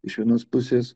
iš vienos pusės